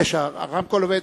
הרמקול.